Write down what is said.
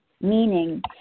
meaning